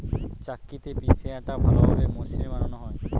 চাক্কিতে পিষে আটা ভালোভাবে মসৃন বানানো হয়